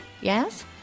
Yes